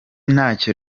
ntacyo